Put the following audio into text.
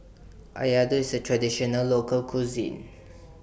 Laddu IS A Traditional Local Cuisine